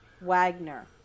Wagner